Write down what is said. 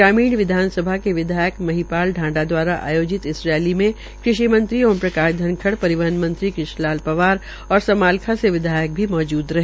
ग्रामीण विधानसभा के विधायक महीपाल ढांढा दवारा आयोजित रैली में कृषि मंत्रीओम प्रकाश धनखड़ परिवहन मंत्री कृष्ण पंवार और समालखां से विधायक भी मौजूद रहे